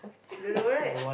you don't know right